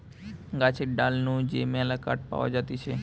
গাছের ডাল নু যে মেলা কাঠ পাওয়া যাতিছে